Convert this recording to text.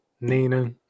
Nina